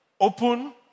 open